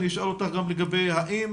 אני אשאל אותך גם לגבי האם